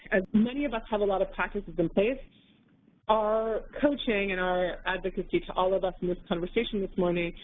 as many of us have a lot of practices in place our coaching and our advocacy, to all of us in this conversation this morning,